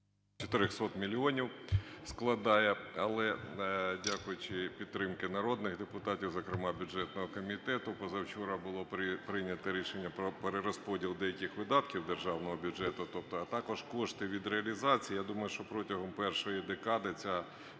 400 мільйонів складає. Але, дякуючи підтримці народних депутатів, зокрема, бюджетного комітету, позавчора було прийняте рішення про перерозподіл деяких видатків державного бюджету, а також кошти від реалізації. Я думаю, що протягом першої декади ця